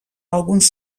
alguns